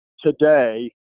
today